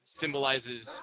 symbolizes